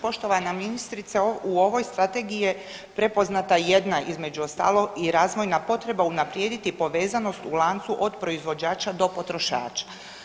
Poštovana ministrice, u ovoj strategiji je prepoznata jedna između ostalog i razvojna potreba unaprijediti povezanost u lancu od proizvođača do potrošača.